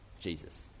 Jesus